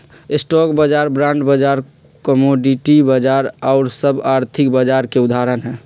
stock बाजार, bond बाजार, commodity बाजार आउर सभ आर्थिक बाजार के उदाहरण हइ